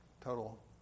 total